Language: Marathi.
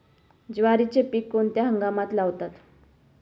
ज्वारीचे पीक कोणत्या हंगामात लावतात?